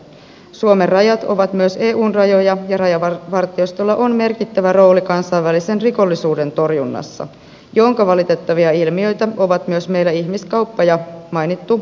suomen rajat ovat myös eun rajoja ja rajavartiostolla on merkittävä rooli kansainvälisen rikollisuuden torjunnassa jonka valitettavia ilmiöitä ovat myös meillä ihmiskauppa ja mainittu harmaa talous